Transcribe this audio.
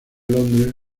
londres